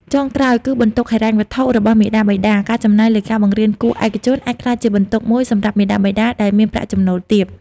ចុងក្រោយ គឺបន្ទុកហិរញ្ញវត្ថុរបស់មាតាបិតា ការចំណាយលើការបង្រៀនគួរឯកជនអាចក្លាយជាបន្ទុកមួយសម្រាប់មាតាបិតាដែលមានប្រាក់ចំណូលទាប។